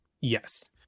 yes